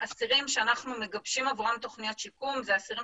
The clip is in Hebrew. האסירים שאנחנו מגבשים עבורם תכניות שיקום אלה אסירים